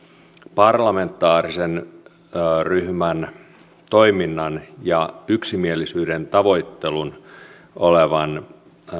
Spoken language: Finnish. parlamentaarisen ryhmän toiminnan ja yksimielisyyden tavoittelun olevan